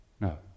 No